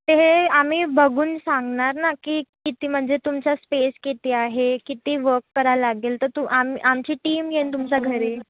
हे आम्ही बघून सांगणार ना की किती म्हणजे तुमचं स्पेस किती आहे किती वर्क करायला लागेल तर तू आम आमची टीम येईन तुमच्या घरी